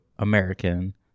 American